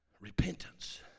repentance